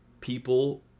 people